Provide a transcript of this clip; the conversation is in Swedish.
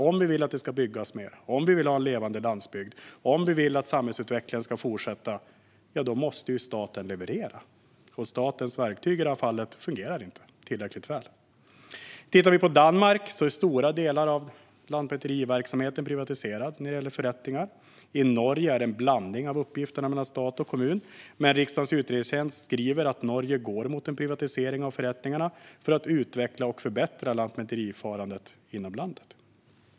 Om vi vill att det ska byggas mer, om vi vill ha en levande landsbygd och om vi vill att samhällsutvecklingen ska fortsätta måste staten leverera, och statens verktyg i det här fallet fungerar inte tillräckligt väl. I Danmark är en stor del av lantmäteriverksamheten privatiserad när det gäller förrättningar. I Norge är det en blandning av uppgifterna mellan stat och kommun. Men riksdagens utredningstjänst skriver att Norge går mot en privatisering av förrättningarna för att utveckla och förbättra lantmäteriförfarandet inom landet.